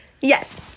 Yes